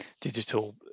digital